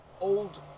old